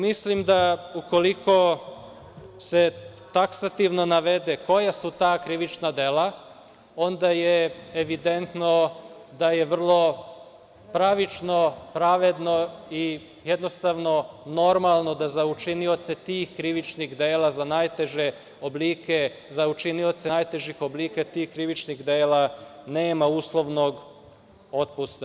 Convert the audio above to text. Mislim da, ukoliko se taksativno navede koja su ta krivična dela, onda je evidentno da je vrlo pravično, pravedno i jednostavno normalno da za učinioce tih krivičnih dela za učinioce najtežih oblika tih krivičnih dela nema uslovnog otpusta.